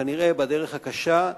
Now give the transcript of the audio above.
כנראה בדרך הקשה,